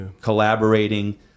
Collaborating